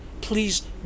please